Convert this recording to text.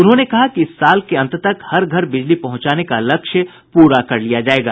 उन्होंने कहा कि इस साल के अंत तक हर घर बिजली पहुंचाने का लक्ष्य पूरा कर लिया जायेगा